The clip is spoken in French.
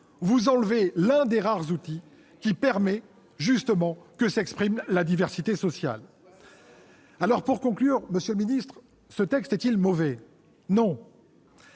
vous enlevez l'un des rares outils qui permet justement que s'exprime la diversité sociale. Pour conclure, monsieur le ministre, ce texte est-il mauvais ? Non,